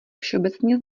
všeobecně